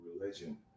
religion